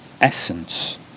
essence